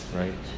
right